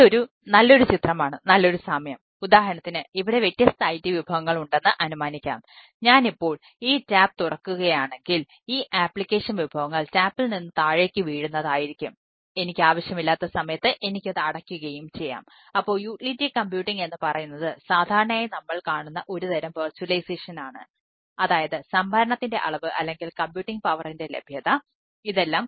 ഇതൊരു നല്ലൊരു ചിത്രമാണ് നല്ലൊരു സാമ്യം ഉദാഹരണത്തിന് ഇവിടെ വ്യത്യസ്ത IT വിഭവങ്ങൾ ഉണ്ടെന്ന് അനുമാനിക്കാം ഞാൻ ഇപ്പോൾ ആ ടാപ്പ് ആവാം